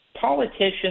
Politicians